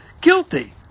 guilty